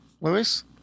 Lewis